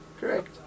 correct